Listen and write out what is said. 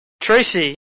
Tracy